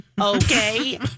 Okay